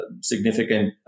significant